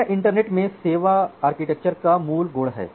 यह इंटरनेट में सेवा आर्किटेक्चर का मूल गुण है